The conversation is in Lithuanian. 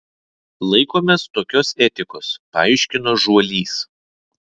laikomės tokios etikos paaiškino žuolys